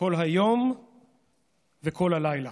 כל היום וכל הלילה.